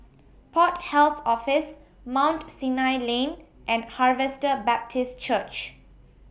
Port Health Office Mount Sinai Lane and Harvester Baptist Church